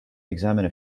examine